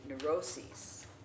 neuroses